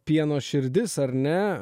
pieno širdis ar ne